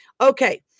okay